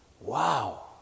Wow